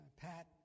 Pat